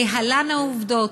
להלן העובדות: